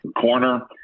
corner